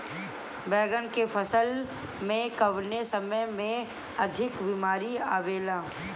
बैगन के फसल में कवने समय में अधिक बीमारी आवेला?